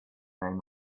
name